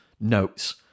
notes